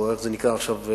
או איך זה נקרא עכשיו?